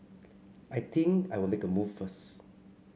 I think I will make a move first